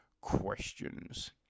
questions